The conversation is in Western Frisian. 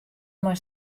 mei